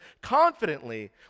confidently